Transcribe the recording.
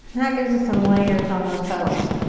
that gives us some layers on those petals.